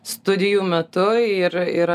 studijų metu ir ir